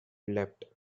leapt